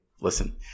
listen